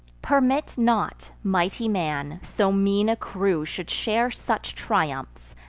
permit not, mighty man, so mean a crew should share such triumphs,